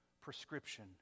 prescription